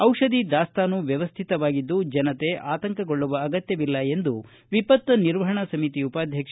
ಜಿಷಧಿ ದಾಸ್ತಾನು ವ್ಯವಸ್ಥಿತವಾಗಿದ್ದು ಜನತೆ ಆತಂಕಗೊಳ್ಳುವ ಅಗತ್ತವಿಲ್ಲ ಎಂದು ವಿಪತ್ತು ನಿರ್ವಪಣಾ ಸಮಿತಿ ಉಪಾಧ್ಯಕ್ಷ